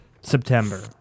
September